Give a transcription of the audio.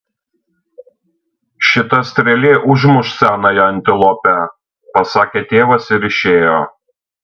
šita strėlė užmuš senąją antilopę pasakė tėvas ir išėjo